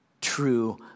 true